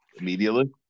immediately